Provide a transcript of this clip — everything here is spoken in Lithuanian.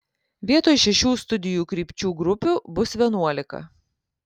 vietoj šešių studijų krypčių grupių bus vienuolika